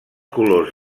colors